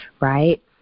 right